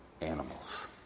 animals